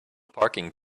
parking